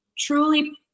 truly